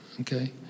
Okay